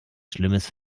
schlimmes